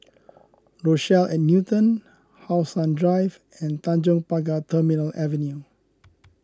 Rochelle at Newton How Sun Drive and Tanjong Pagar Terminal Avenue